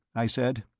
i said.